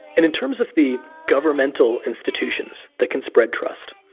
in in terms of the governmental institutions that can spread trust,